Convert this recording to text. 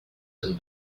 can